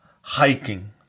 hiking